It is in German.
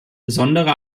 besondere